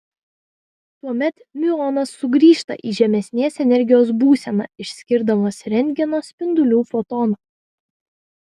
tuomet miuonas sugrįžta į žemesnės energijos būseną išskirdamas rentgeno spindulių fotoną